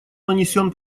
нанесен